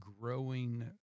growing